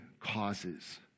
causes